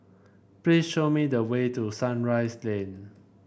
please show me the way to Sunrise Lane